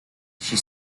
she